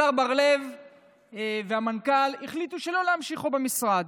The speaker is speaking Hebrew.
השר בר לב והמנכ"ל החליטו שלא להמשיכו במשרד.